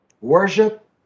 Worship